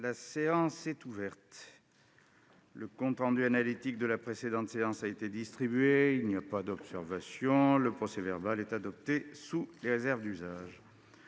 La séance est ouverte. Le compte rendu analytique de la précédente séance a été distribué. Il n'y a pas d'observation ?... Le procès-verbal est adopté sous les réserves d'usage.